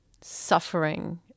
suffering